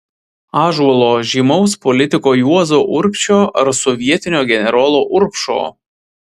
ąžuolo žymaus politiko juozo urbšio ar sovietinio generolo urbšo